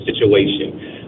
situation